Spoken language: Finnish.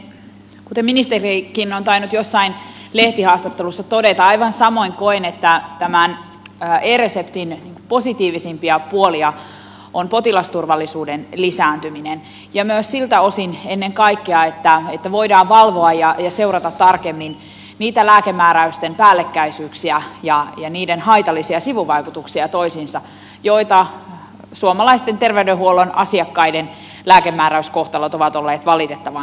kuten ministerikin on tainnut jossain lehtihaastattelussa todeta aivan samoin koen että tämän e reseptin positiivisimpia puolia on potilasturvallisuuden lisääntyminen myös siltä osin ennen kaikkea että voidaan valvoa ja seurata tarkemmin niitä lääkemääräysten päällekkäisyyksiä ja niiden haitallisia sivuvaikutuksia toisiinsa joita suomalaisten terveydenhuollon asiakkaiden lääkemääräyskohtalot ovat olleet valitettavan tulvillaan